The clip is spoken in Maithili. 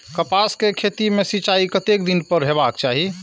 कपास के खेती में सिंचाई कतेक दिन पर हेबाक चाही?